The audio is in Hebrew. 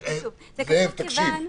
זאב, תקשיב.